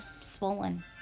swollen